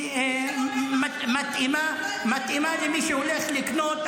היא מתאימה למי שהולך לקנות,